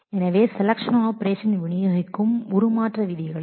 எனவே இவை Ɵ join selection operation உடைய டிரான்ஸ்பர்மேஷன் விதிகள்